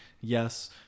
yes